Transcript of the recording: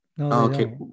okay